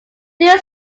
these